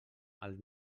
als